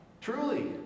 Truly